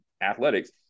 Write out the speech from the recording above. athletics